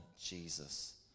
Jesus